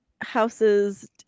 houses